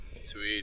Sweet